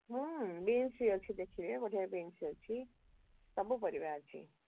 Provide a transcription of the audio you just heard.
ହୁଁ ବିନ୍ସ ଅଛି ଦେଖିବେ ବଢ଼ିଆ ବିନ୍ସ ଅଛି ସବୁ ପରିବା ଅଛି